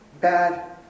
bad